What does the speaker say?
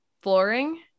flooring